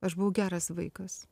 aš buvau geras vaikas